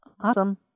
Awesome